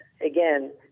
again